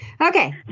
okay